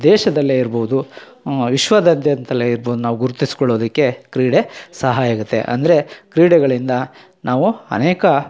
ದೇಶದಲ್ಲೇ ಇರ್ಬೌದು ವಿಶ್ವದಾದ್ಯಂತಲೇ ಇರ್ಬೌದು ನಾವು ಗುರುತಿಸ್ಕೊಳೋದಿಕ್ಕೆ ಕ್ರೀಡೆ ಸಹಾಯಾಗುತ್ತೆ ಅಂದರೆ ಕ್ರೀಡೆಗಳಿಂದ ನಾವು ಅನೇಕ